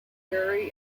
yuri